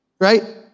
Right